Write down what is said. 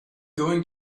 going